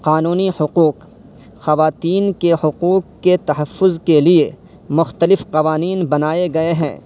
قانونی حقوق خواتین کے حقوق کے تحفظ کے لیے مختلف قوانین بنائے گئے ہیں